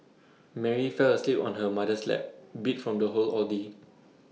Mary fell asleep on her mother's lap beat from the whole ordeal